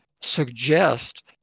suggest